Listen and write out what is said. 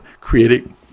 creating